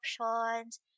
options